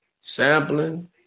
sampling